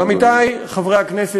עמיתי חברי הכנסת,